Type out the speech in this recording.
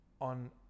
on